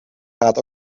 gaat